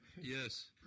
yes